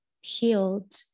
healed